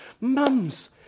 Mums